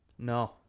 No